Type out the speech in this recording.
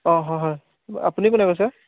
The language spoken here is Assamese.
অঁ হয় হয় আপুনি কোনে কৈছে